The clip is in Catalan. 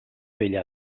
vella